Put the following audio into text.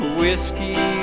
whiskey